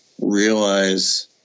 realize